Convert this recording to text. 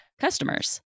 customers